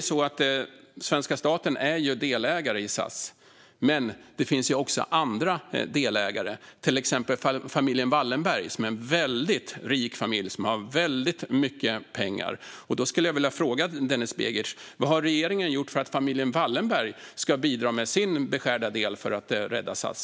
Svenska staten är delägare i SAS. Men det finns också andra delägare, till exempel familjen Wallenberg, som är en väldigt rik familj med mycket pengar. Jag skulle därför vilja fråga Denis Begic: Vad har regeringen gjort för att familjen Wallenberg ska bidra med sin beskärda del för att rädda SAS?